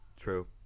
true